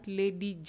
lady